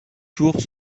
tours